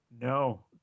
No